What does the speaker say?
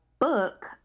book